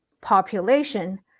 population